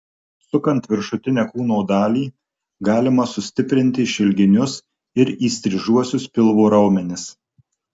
sukant viršutinę kūno dalį galima sustiprinti išilginius ir įstrižuosius pilvo raumenis